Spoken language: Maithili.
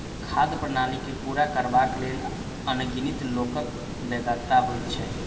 खाद्य प्रणाली के पूरा करबाक लेल अनगिनत लोकक बेगरता होइत छै